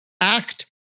act